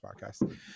podcast